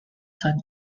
sun